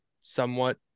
somewhat